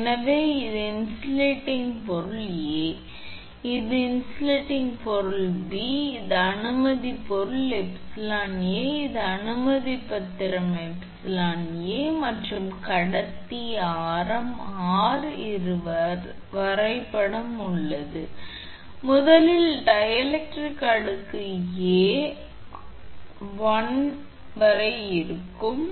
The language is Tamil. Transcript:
எனவே இது இன்சுலேடிங் பொருள் A இது இன்சுலேடிங் பொருள் B இது அனுமதிப்பொருள் 𝜖𝐴 இது அனுமதிப்பத்திரம் 𝜖𝐴 மற்றும் இது கடத்தி ஆரம் r இது வரைபடம் இது அதாவது முதல் டைஎலெக்ட்ரிக் அடுக்கு A ஆரம் to1 வரை இருக்கட்டும்